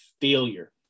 failure